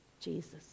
Jesus